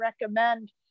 recommend